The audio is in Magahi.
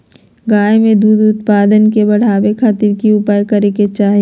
गाय में दूध उत्पादन के बढ़ावे खातिर की उपाय करें कि चाही?